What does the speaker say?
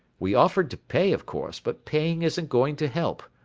we offered to pay, of course, but paying isn't going to help.